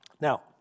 Now